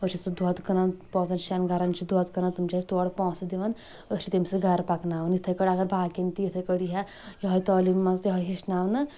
أسۍ چھِ سُہ دۄد کٕنان پانٛژن شیٚن گرن چھِ دۄد کٕنان تِم چھِ اسہِ تورٕ پونٛسہِ دِون أسۍ چھِ تمہِ سۭتۍ گرٕ پکناوان یِتھٕے کٔنۍ اگر باقٮ۪ن تہِ أتھے کٲٹھۍ ییٖہا یہٕے تعلیم منٛز یِہٕے ہیٚچھناونہٕ